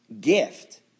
gift